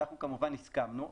אנחנו כמובן הסכמנו.